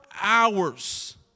hours